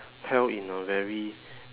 tell in a very